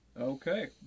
okay